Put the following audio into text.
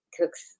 cooks